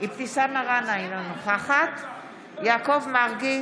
אבתיסאם מראענה, אינה נוכחת יעקב מרגי,